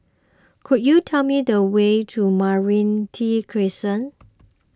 could you tell me the way to Meranti Crescent